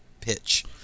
pitch